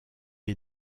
est